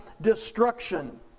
destruction